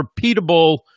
repeatable